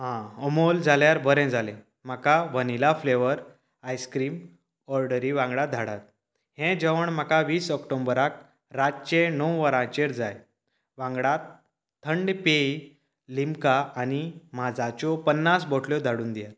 आं अमूल जाल्यार बरें जालें म्हाका वनिला फ्लेवर आयस्क्रीम ऑर्डरी वांगडा धाडात हें जेवण म्हाका वीस ऑक्टोबराक रातचें णव वरांचेर जाय वांगडाक थंड पेय लिमका आनी माजाच्यो पन्नास बोटल्यो धाडून दियात